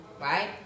Right